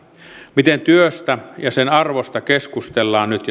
miten työstä ja sen arvosta keskustellaan nyt